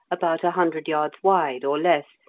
about a hundred yards wide, or less,